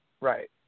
Right